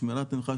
שמירת מרחק,